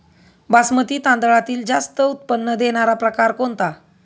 बासमती तांदळातील जास्त उत्पन्न देणारा प्रकार कोणता?